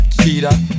cheetah